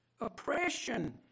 oppression